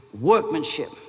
workmanship